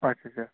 آچھا آچھا